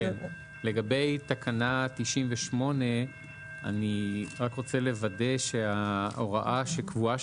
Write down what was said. לגבי תקנה 98. אני רוצה לוודא שההוראה שקבועה